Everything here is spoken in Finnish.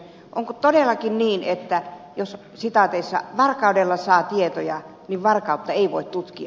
onko todellakin niin että jos varkaudella saa tietoja niin varkautta ei voi tutkia